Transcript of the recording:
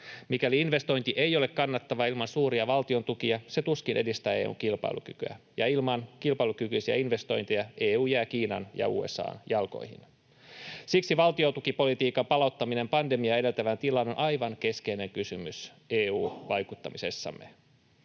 Mikäli investointi ei ole kannattava ilman suuria valtiontukia, se tuskin edistää EU:n kilpailukykyä, ja ilman kilpailukykyisiä investointeja EU jää Kiinan ja USA:n jalkoihin. Siksi valtiontukipolitiikan palauttaminen pandemiaa edeltävään tilaan on aivan keskeinen kysymys EU-vaikuttamisessamme.